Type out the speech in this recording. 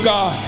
God